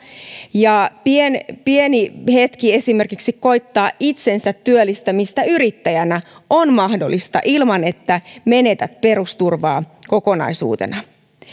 ja pieni hetki esimerkiksi koettaa itsensä työllistämistä yrittäjänä on mahdollista ilman että menetät perusturvaa kokonaisuutena